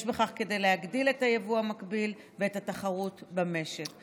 יש בכך כדי להגדיל את היבוא המקביל ואת התחרות במשק.